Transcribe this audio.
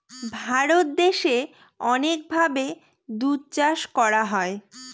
ভারত দেশে অনেক ভাবে দুধ চাষ করা হয়